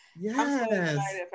Yes